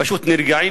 פשוט נרגעים,